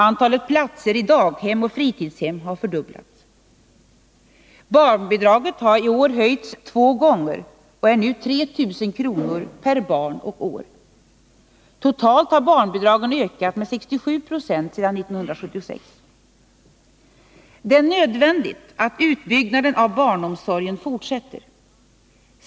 Antalet platser i daghem och fritidshem har fördubblats. Det är nödvändigt att utbyggnaden av barnomsorgen fortsätter.